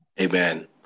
Amen